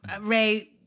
Ray